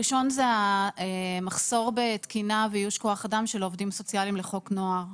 הראשון זה המחסור בתקינה ואיוש כוח אדם של עובדים סוציאליים לחוק נוער.